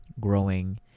growing